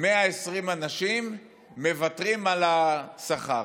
120 אנשים מוותרים על השכר.